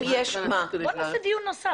מיקי, בואי נעשה דיון נוסף.